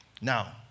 Now